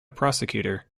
prosecutor